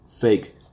fake